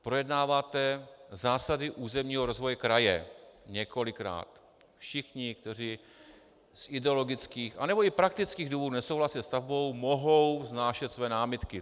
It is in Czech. Projednáváte zásady územního rozvoje kraje několikrát, všichni, kteří z ideologických anebo i praktických důvodů nesouhlasí se stavbou, mohou vznášet své námitky.